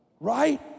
Right